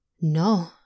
No